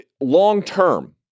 Long-term